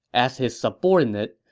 as his subordinate,